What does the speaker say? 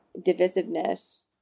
divisiveness